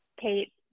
Kate